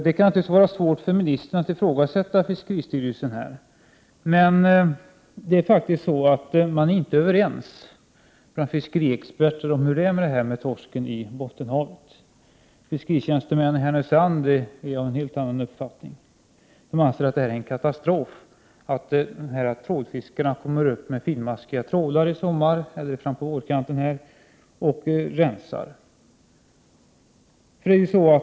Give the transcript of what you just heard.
Det kan naturligtvis vara svårt för statsrådet att ifrågasätta fiskeristyrelsen. Men det är faktiskt så att fiskeriexperterna inte är överens om hur det är med torsken i Bottenhavet. Fiskeritjänstemännen i Härnösand t.ex. tycker att det är en katastrof att trålfiskarna kommer upp med sina finmaskiga trålare.